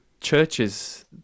churches